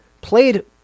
played